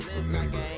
remember